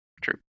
true